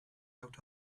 out